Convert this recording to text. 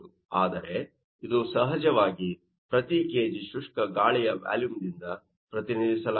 ಆದರೆ ಇದು ಸಹಜವಾಗಿ ಪ್ರತಿ ಕೆಜಿ ಶುಷ್ಕ ಗಾಳಿಯ ವ್ಯಾಲುಮ್ ದಿಂದ ಪ್ರತಿನಿಧಿಸಲಾಗುತ್ತದೆ